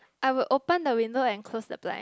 I would open the window and close the blind